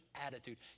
attitude